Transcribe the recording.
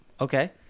okay